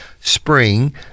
spring